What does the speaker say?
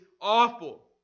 awful